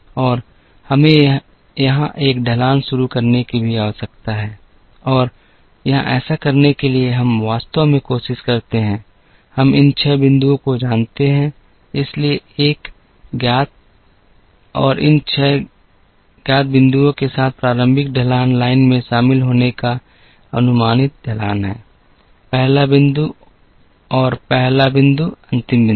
और हमें यहां एक ढलान शुरू करने की भी आवश्यकता है और यहां ऐसा करने के लिए हम वास्तव में कोशिश करते हैं हम इन 6 बिंदुओं को जानते हैं इसलिए एक ज्ञात 6 बिंदुओं के साथ प्रारंभिक ढलान लाइन में शामिल होने का अनुमानित ढलान है पहला बिंदु और पहला बिंदु अंतिम बिंदु